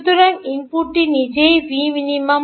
সুতরাং ইনপুটটি নিজেই V